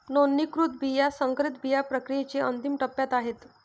नोंदणीकृत बिया संकरित बिया प्रक्रियेच्या अंतिम टप्प्यात आहेत